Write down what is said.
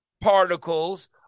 particles